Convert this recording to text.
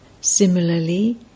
Similarly